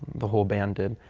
the whole band did.